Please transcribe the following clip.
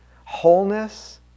wholeness